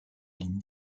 ligne